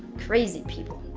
crazy people.